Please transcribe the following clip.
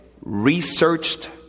researched